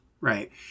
Right